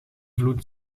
vloed